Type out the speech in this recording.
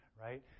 right